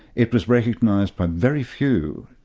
it was recognised by very few.